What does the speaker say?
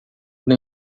não